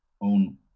own